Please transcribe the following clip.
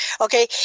Okay